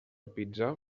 pizza